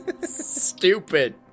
Stupid